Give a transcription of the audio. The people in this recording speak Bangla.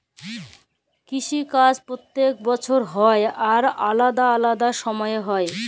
কিসি কাজ প্যত্তেক বসর হ্যয় আর আলেদা আলেদা সময়ে হ্যয়